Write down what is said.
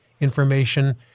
information